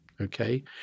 okay